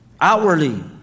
outwardly